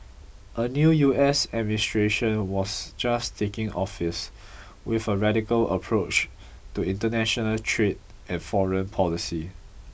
a new U S administration was just taking office with a radical approach to international trade and foreign policy